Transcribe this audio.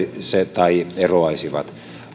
tai eroaisivat